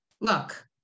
look